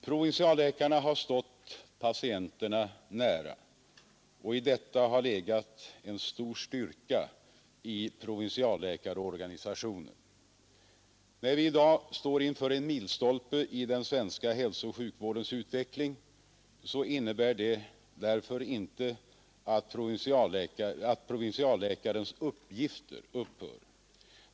Provinsialläkaren har stått patienten nära, och i detta har legat en stor styrka i provinsialläkarorganisationen. När vi i dag står inför en milstolpe i den svenska hälsooch sjukvårdens utveckling, så innebär det därför inte att provinsialläkarens uppgifter upphör.